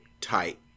tight